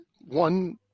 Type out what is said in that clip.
one